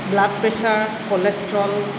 blood pressure cholesterol